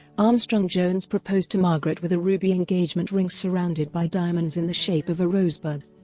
armstrong-jones proposed to margaret with a ruby engagement ring surrounded by diamonds in the shape of a rosebud.